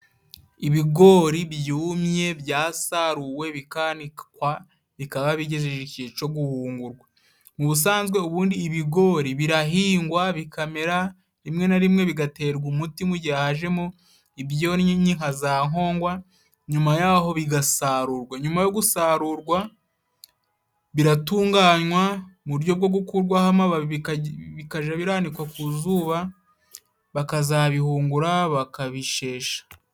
Ibigori byumye byasaruwe bikanikwa bikaba bigejeje igihe cyo guhungurwa. Mu busanzwe ubundi ibigori birahingwa, bikamera, rimwe na rimwe bigaterwa umuti mu gihe hajemo ibyonnyi nka za nkogwa nyuma y'aho bigasarurwa. Nyuma yo gusarurwa biratunganywa mu buryo bwo gukuraho amababi bikaja biranikwa ku zuba bakazabihungura bakabishesha.